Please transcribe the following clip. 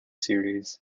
series